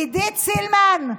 עידית סילמן,